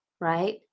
right